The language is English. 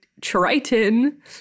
Triton